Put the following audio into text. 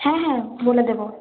হ্যাঁ হ্যাঁ বলে দেব